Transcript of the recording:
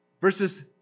Verses